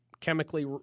chemically